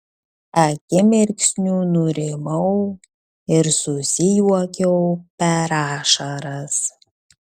akimirksniu nurimau ir susijuokiau per ašaras